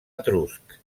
etrusc